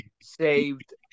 saved